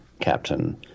captain